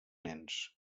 nens